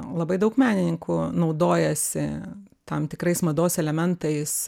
labai daug menininkų naudojasi tam tikrais mados elementais